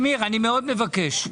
מאוד מבקש,